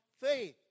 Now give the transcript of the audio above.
faith